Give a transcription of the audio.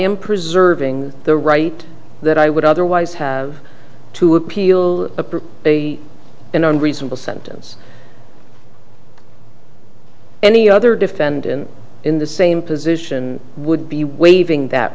am preserving the right that i would otherwise have to appeal approve an unreasonable sentence any other defendant in the same position would be waiving that